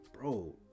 bro